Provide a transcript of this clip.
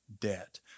debt